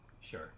Sure